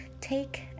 Take